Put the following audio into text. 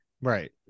Right